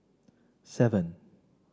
seven